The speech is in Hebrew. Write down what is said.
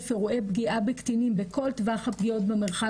אירועי פגיעה בקטינים בכל טווח הפגיעות במרחב